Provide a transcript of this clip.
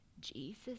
jesus